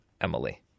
Emily